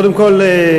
קודם כול,